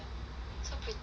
so pretty